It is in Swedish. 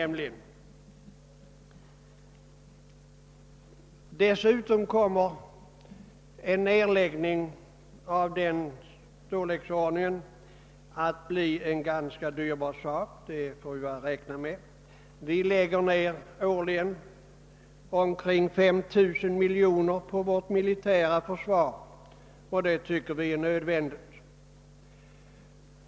Man får också räkna med att en nedläggning av denna storleksordning kommer att bli ganska kostsam. Vi lägger årligen ner omkring 5 000 miljoner kronor på vårt militära försvar. Det tycker vi är nödvändigt.